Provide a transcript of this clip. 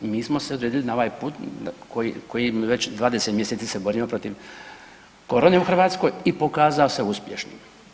I mi smo se odredili na ovaj put kojim već 20 mjeseci se borimo protiv korone u Hrvatskoj i pokazao se uspješnim.